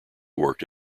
worked